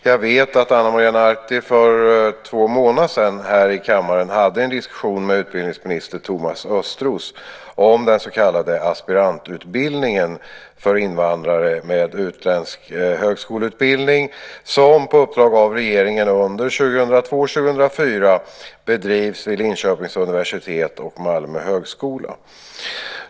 Jag vet att Ana Maria Narti för två månader sedan här i kammaren hade en diskussion med utbildningsminister Thomas Östros om den så kallade aspirantutbildningen för invandrare med utländsk högskoleutbildning som, på uppdrag av regeringen, under 2002-2004 bedrivs vid Linköpings universitet och Malmö högskola.